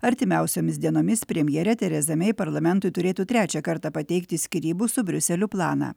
artimiausiomis dienomis premjerė teresa mei parlamentui turėtų trečią kartą pateikti skyrybų su briuseliu planą